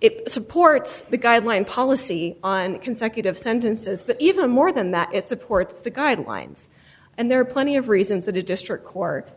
it supports the guideline policy on consecutive sentences but even more than that it's a port for guidelines and there are plenty of reasons that a district court